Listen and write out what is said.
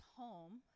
home